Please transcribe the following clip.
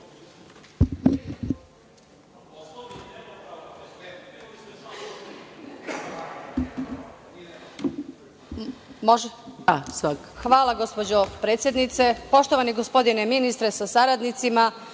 Hvala gospođo predsednice. Poštovani gospodine ministre sa saradnicima,